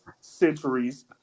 centuries